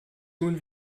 tun